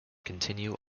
continue